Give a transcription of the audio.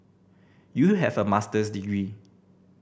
you have a Master's degree